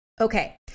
Okay